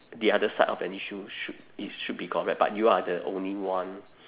the other side of an issue should is should be correct but you are the only one